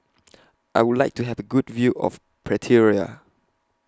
I Would like to Have A Good View of Pretoria